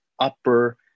upper